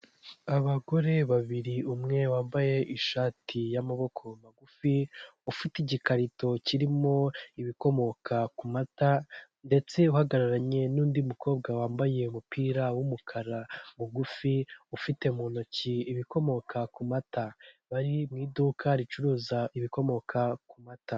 Abagore babiri umwe wambaye ishati y'amaboko magufi ufite igikarito kirimo ibikomoka ku mata, ndetse uhagararanye n'undi mukobwa wambaye umupira w'umukara mugufi, ufite mu ntoki ibikomoka ku mata, bari mu iduka ricuruza ibikomoka ku mata.